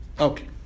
Okay